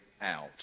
out